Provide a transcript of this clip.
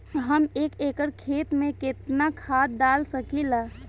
हम एक एकड़ खेत में केतना खाद डाल सकिला?